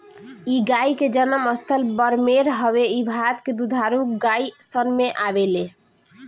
इ गाई के जनम स्थल बाड़मेर हवे इ भारत के दुधारू गाई सन में आवेले